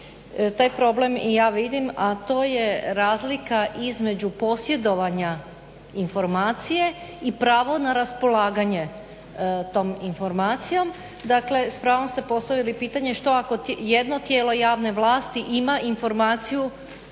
problem i ja vidim, a to je razlika između posjedovanja informacije i pravo na raspolaganje tom informacijom. Dakle, s pravom ste postavili pitanje što ako jedno tijelo javne vlasti ima informaciju